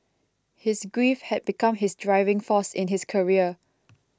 his grief had become his driving force in his career